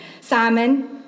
Simon